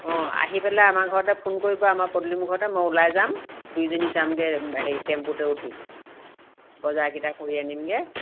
অ আহি পেলাই আমাৰ ঘৰতে ফোন কৰিব আমাৰ পদূলিমুখতে মই ওলাই যাম দুইজনী যামগৈ হেৰি টেম্পুতে উঠি বজাৰকেইটা কৰি আনিমগৈ